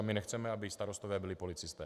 My nechceme, aby starostové byli policisté.